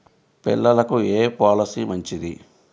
పిల్లలకు ఏ పొలసీ మంచిది?